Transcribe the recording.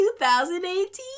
2018